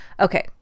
Okay